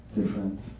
different